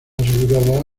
asegurada